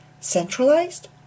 centralized